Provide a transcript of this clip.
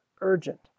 urgent